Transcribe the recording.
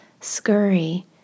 scurry